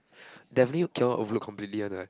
definitely cannot overlook completely one what